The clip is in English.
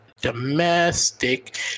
domestic